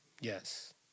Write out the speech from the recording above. Yes